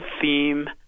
theme